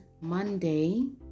monday